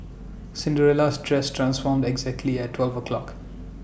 Cinderella's dress transformed exactly at twelve o' clock